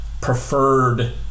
preferred